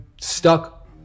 stuck